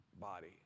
body